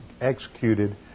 executed